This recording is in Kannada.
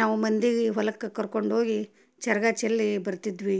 ನಾವು ಮಂದಿಗೆ ಹೊಲಕ್ಕೆ ಕರ್ಕೊಂಡು ಹೋಗಿ ಚರಗ ಚೆಲ್ಲಿ ಬರ್ತಿದ್ವಿ